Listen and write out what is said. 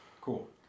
cool